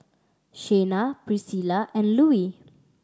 Shayna Priscilla and Louie